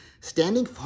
standing